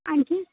आणखी